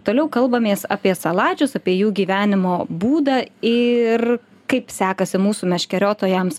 toliau kalbamės apie salačus apie jų gyvenimo būdą ir kaip sekasi mūsų meškeriotojams